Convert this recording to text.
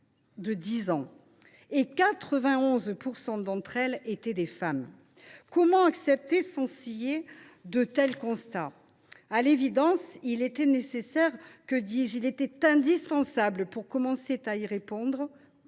de dix ans, et 91 % des victimes étaient des femmes ! Comment accepter sans ciller de tels constats ? À l’évidence, il était nécessaire, que dis je, il était indispensable, pour commencer à y répondre,